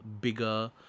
bigger